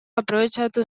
aprobetxatu